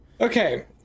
Okay